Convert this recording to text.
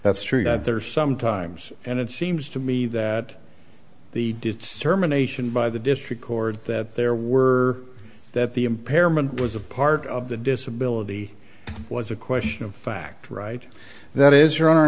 that's true that there are some times and it seems to me that the determination by the district court that there were that the impairment was a part of the disability was a question of fact right that is